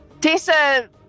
Tessa